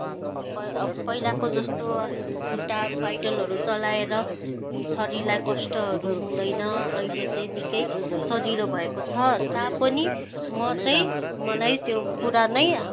पै पहिलाको जस्तो खुट्टा पेडलहरू चलाएर शरीरलाई कष्टहरू हुँदैन अहिले चाहिँ निकै सजिलो भएको छ तापनि म चाहिँ मलाई त्यो पुरानो